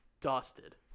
dusted